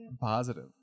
Positive